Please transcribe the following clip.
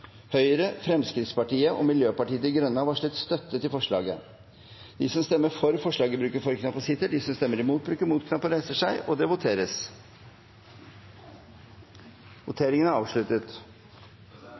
Høyre, Fremskrittspartiet og Miljøpartiet De Grønne har varslet støtte til forslaget. Det voteres.